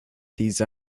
these